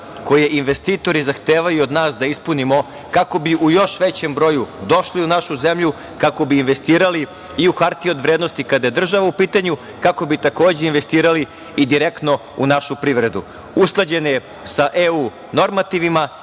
koje investitori zahtevaju od nas da ispunimo kako bi u još većem broju došli u našu zemlju, kako bi investirali i u hartije od vrednosti kada je država u pitanju, kako bi, takođe, investirali i direktno u našu privredu. Usklađen je sa EU normativima